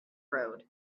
road